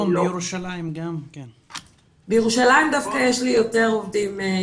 גם חוסר בתקנים אבל גם מתקשים לגייס עובדים ולכן